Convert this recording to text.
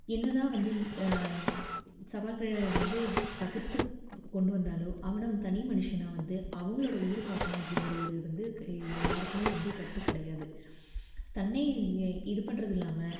என்ன தான் வந்து இ சவால்கள் வந்து தகர்த்து கொண்டு வந்தாலோ அவனவன் தனி மனிதனா வந்து அவங்களோட உயிர் காக்கணும் அப்படிங்கிற ஒரு இது வந்து க இது யாருக்குமே வந்து பற்று கிடையாது தன்னை இ இது பண்ணுறது இல்லாமல்